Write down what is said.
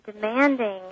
demanding